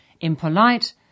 impolite